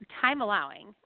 time-allowing